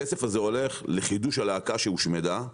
הכסף הזה הולך לחידוש הלהקה שהושמדה,